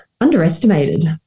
underestimated